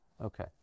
Okay